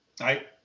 Right